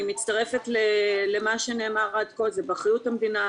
אני מצטרפת למה שנאמר עד כה, זה באחריות המדינה.